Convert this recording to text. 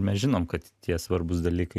mes žinom kad tie svarbūs dalykai